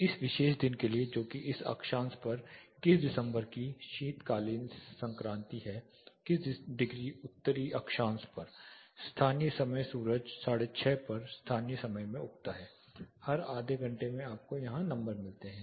तो इस विशेष दिन के लिए जो कि इस अक्षांश पर २१ दिसंबर की शीतकालीन संक्रांति है २९ डिग्री उत्तरी अक्षांश पर सूरज ७३० पर स्थानीय समय में उगता है हर आधे घंटे में आपको यहाँ नंबर मिलते हैं